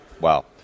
Wow